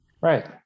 right